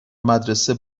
مدرسه